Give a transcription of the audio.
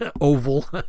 oval